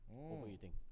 Overeating